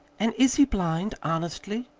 and is he blind, honestly?